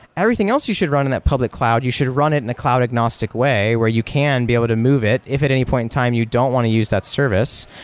everything else you should run in that public cloud you should run it in a cloud agnostic way where you can be able to move it if it any point in time you don't want to use that service,